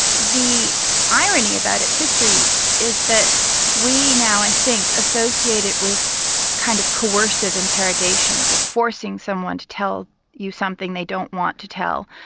the irony about its history is that we now i think associate it with a kind of coercive interrogations of forcing someone to tell you something they don't want to tell.